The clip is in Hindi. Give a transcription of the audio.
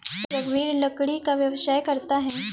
रघुवीर लकड़ी का व्यवसाय करता है